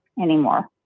anymore